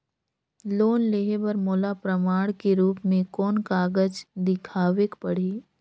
Loan लेहे बर मोला प्रमाण के रूप में कोन कागज दिखावेक पड़ही?